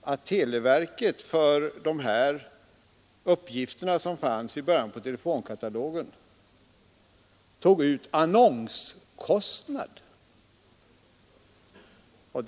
att televerket för dessa uppgifter tog ut annonskostnad. Bl.